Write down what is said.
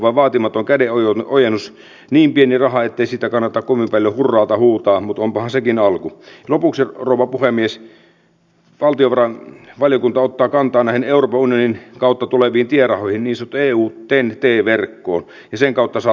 välikysymyksen tekijät ovat todella niin kuin välikysymyksen esittelijä arhinmäki toi tässä esille ne kriittiset ja sanotaanko malja tuli jossain kohtaa yli ja kun ei tämä prosessi lähtenyt sillä tavoin liikkeelle kuinka vasemmistoliitto sitä ajatteli ajaa niin ainoa työväline oli todellakin tämä